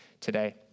today